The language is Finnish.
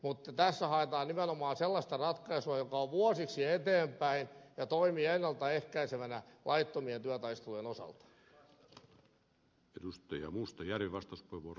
mutta tässä haetaan nimenomaan sellaista ratkaisua joka kestää vuosiksi eteenpäin ja toimii ennalta ehkäisevänä laittomien työtaistelujen osalta